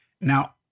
Now